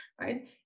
right